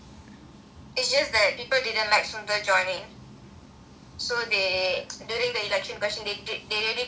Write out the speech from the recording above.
is just that people didn't like sundra joining so they during the interview session they really drill him a lot lah